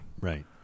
Right